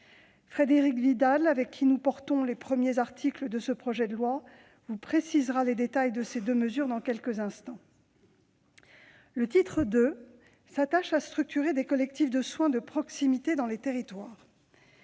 Frédérique Vidal, avec qui je porte les premiers articles de ce projet de loi, vous précisera les détails de ces deux mesures dans quelques instants. Le titre II s'attache à structurer des collectifs de soins de proximité dans les territoires.